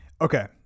Okay